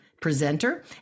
presenter